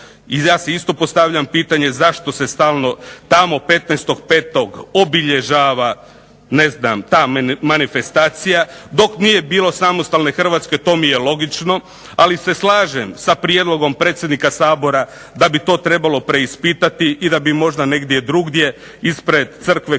ja si isto tako postavljam pitanje zašto se stalno tamo 15.5. obilježava ta manifestacija. Dok nije bilo samostalne Hrvatske to mi je logično, ali se slažem sa prijedlogom predsjednika Sabora da bi to trebalo preispitati i da bi možda negdje drugdje ispred Crkve hrvatskih